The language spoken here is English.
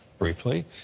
briefly